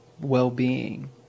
well-being